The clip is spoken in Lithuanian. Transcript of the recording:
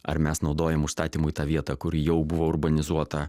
ar mes naudojam užstatymui tą vietą kur jau buvo urbanizuota